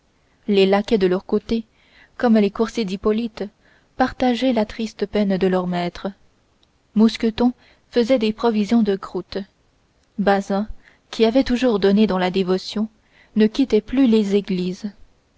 les laquais de leur côté comme les coursiers d'hippolyte partageaient la triste peine de leurs maîtres mousqueton faisait des provisions de croûtes bazin qui avait toujours donné dans la dévotion ne quittait plus les églises